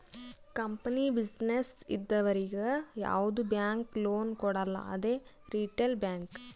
company, business ಇದ್ದವರಿಗ್ ಯಾವ್ದು bank loan ಕೊಡಲ್ಲ ಅದೇ ರಿಟೇಲ್ ಬ್ಯಾಂಕ್